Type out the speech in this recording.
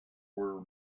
were